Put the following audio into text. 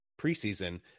preseason